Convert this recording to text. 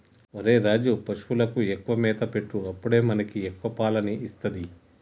ఒరేయ్ రాజు, పశువులకు ఎక్కువగా మేత పెట్టు అప్పుడే మనకి ఎక్కువ పాలని ఇస్తది